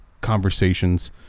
conversations